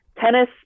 tennis